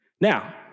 Now